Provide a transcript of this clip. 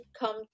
come